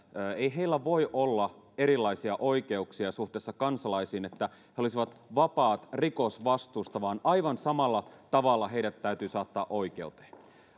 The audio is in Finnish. ei kansanedustajilla voi olla erilaisia oikeuksia suhteessa kansalaisiin ei niin että he olisivat vapaat rikosvastuusta vaan aivan samalla tavalla heidät täytyy saattaa oikeuteen